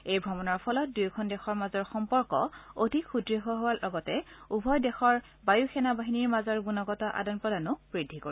এই ভ্ৰমণৰ ফলত দুয়োখন দেশৰ মাজৰ সম্পৰ্ক অধিক সুদুঢ় হোৱাৰ লগতে উভয় দেশৰ বায়ু সেনা বাহিনীৰ মাজৰ গুণগত আদান প্ৰদান বৃদ্ধি কৰিব